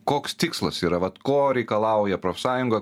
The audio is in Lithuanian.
koks tikslas yra vat ko reikalauja profsąjunga